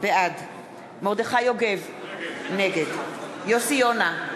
בעד מרדכי יוגב, נגד יוסי יונה,